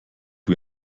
wie